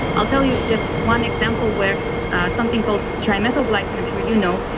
i'll tell you just one example where something called trimethylglycine i'm sure you know,